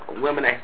women